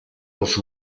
els